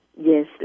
Yes